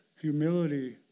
humility